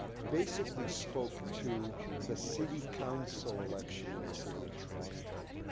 but basically spoke to the city council election in the city of toronto,